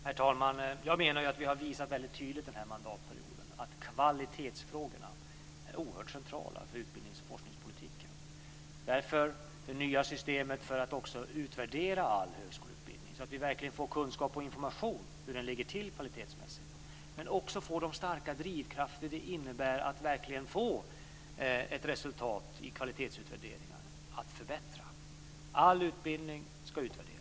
Herr talman! Jag menar att vi under denna mandatperiod mycket tydligt har visat att kvalitetsfrågorna är oerhört centrala för utbildnings och forskningspolitiken. Därför har vi det nya systemet för att utvärdera all högskoleutbildning, så att vi verkligen får kunskap och information om hur den kvalitetsmässigt ligger till men också så att vi får de starka drivkrafter som det innebär att verkligen få ett resultat i kvalitetsutvärderingar att förbättra. All utbildning ska utvärderas.